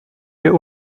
wir